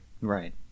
Right